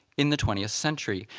in the twentieth century?